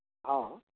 हॅं